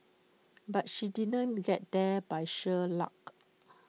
but she did not get here by sheer luck